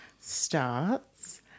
starts